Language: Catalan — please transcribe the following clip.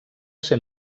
ser